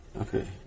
Okay